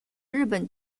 日本